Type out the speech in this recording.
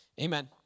Amen